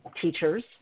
teachers